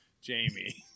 Jamie